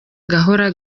gahora